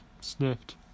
sniffed